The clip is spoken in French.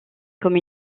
comme